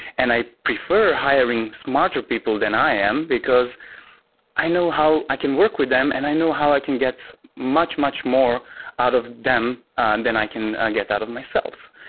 and i prefer hiring smarter people than i am, because i know how i can work with them and i know how i can get much, much more out of them. and then i can get out of myself.